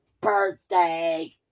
birthday